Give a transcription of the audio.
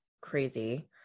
crazy